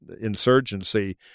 insurgency